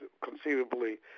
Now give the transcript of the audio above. conceivably